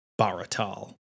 Baratal